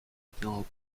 retinal